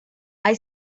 hay